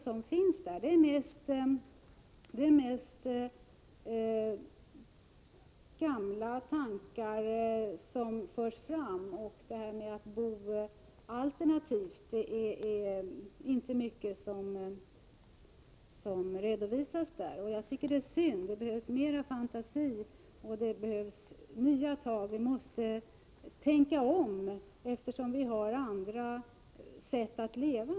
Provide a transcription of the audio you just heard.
Det är mest gamla tankar som där förs fram, och det är inte mycket av det som där redovisas som gäller alternativa boendeformer. Jag tycker det är synd. Det behövs mera fantasi, och det behövs nya tag. Vi måste tänka om, eftersom vi nu har andra sätt att leva.